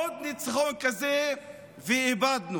עוד ניצחון כזה ואבדנו.